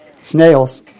snails